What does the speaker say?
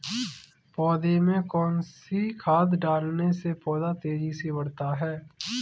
पौधे में कौन सी खाद डालने से पौधा तेजी से बढ़ता है?